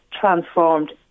transformed